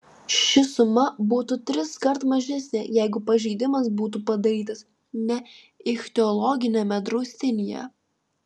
ši suma būtų triskart mažesnė jeigu pažeidimas būtų padarytas ne ichtiologiniame draustinyje